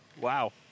wow